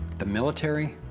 the military,